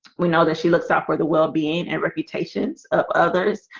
we know that she looks out for the well-being and reputations of others.